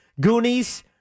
Goonies